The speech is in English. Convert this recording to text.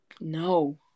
no